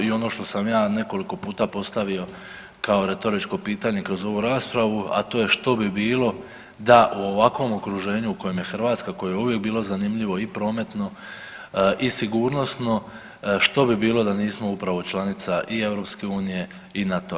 I ono što sam ja nekoliko puta postavio kao retoričko pitanje kroz ovu raspravu, a to je što bi bilo da u ovakvom okruženju u kojem je Hrvatska koje je uvijek bilo zanimljivo i prometno i sigurnosno, što bi bilo da nismo upravo članica i EU i NATO-a.